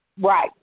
Right